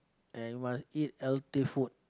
and must eat healthy food